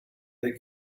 that